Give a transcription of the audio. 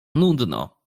nudno